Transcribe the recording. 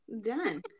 done